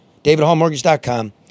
DavidHallMortgage.com